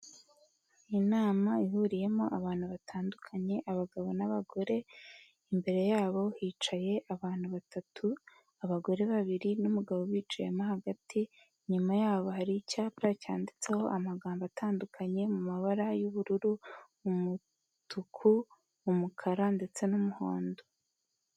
Inama ihuriyemo abantu batandukanye abagabo n'abagore, imbere yabo hicaye abantu batatu, abagore babiri n'umugabo ubicayemo hagati, inyuma yabo hari icyapa cyanditseho amagambo atandukanye, mu mabara y'ubururu, umutuku, umukara ndetse n'umuhondo.